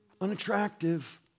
unattractive